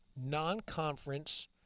non-conference